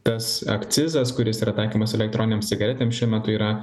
tas akcizas kuris yra taikomas elektroninėms cigaretėms šiuo metu yra